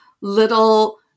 little